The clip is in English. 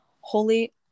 Holy